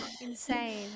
Insane